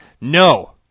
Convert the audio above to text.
No